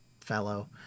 fellow